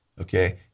okay